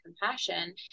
compassion